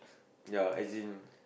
ya as in